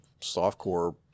softcore